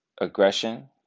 aggression